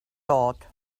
thought